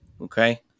Okay